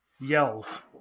Yells